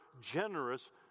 generous